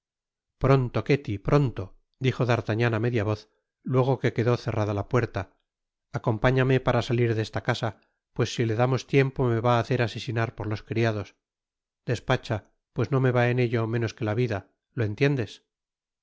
pronto ketty pronto dijo d'artagnan á media voz luego que quedó cerrada la puerta acompáñame para salir de esta casa pues si le damos tiempo me va á hacer asesinar por los criados despacha pues no me va en ello menos que ta vida lo entiendes